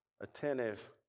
attentive